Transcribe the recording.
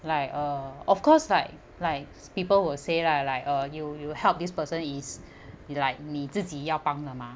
like uh of course like like people will say lah like uh you you will help this person is like ni zi ji yao bang de ma